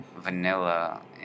vanilla